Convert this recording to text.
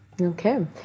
Okay